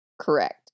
Correct